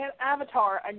avatar